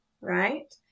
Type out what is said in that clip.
right